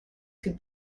could